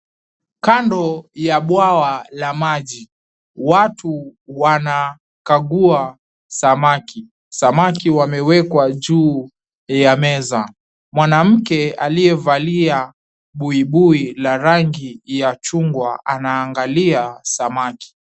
Kando ya bwawa la maji, watu wanakagua samaki. Samaki wamewekwa juu ya meza. Mwanamke aliyevalia buibui la rangi ya chungwa anaangalia samaki.